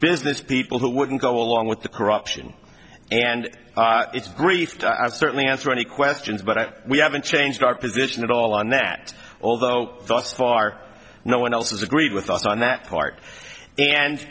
business people who wouldn't go along with the corruption and it's briefed i've certainly answer any questions but i we haven't changed our position at all on that although thus far no one else has agreed with us on that part and